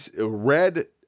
red